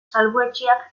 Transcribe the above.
salbuetsiak